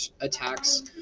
attacks